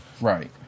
Right